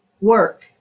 work